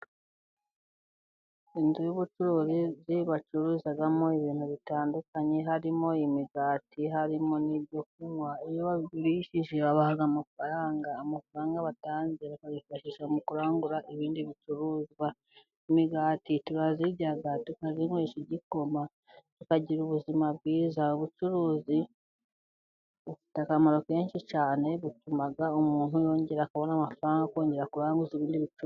Inzu y'ubucuruzi bacuruzamo ibintu bitandukanye, harimo imigati harimo n'ibyo kunywa, iyo babigurishije babaha amafaranga, amafaranga batanze bakayifashisha mu kurangura ibindi bicuruzwa. Imigati turayirya tukayinwesha igikoma tukagira ubuzima bwiza, ubucuruzi bufite akamaro kenshi cyane butuma umuntu yongera kubona amafaranga akongera kuranguza ibindi bicuruzwa.